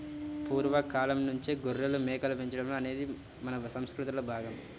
పూర్వ కాలంనుంచే గొర్రెలు, మేకలు పెంచడం అనేది మన సంసృతిలో భాగం